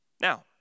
Now